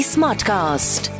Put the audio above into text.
Smartcast